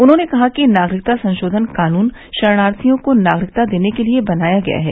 उन्होने कहा कि नागरिकता संशोधन कानून शरणार्थियों को नागरिकता देने के लिए बनाया गया है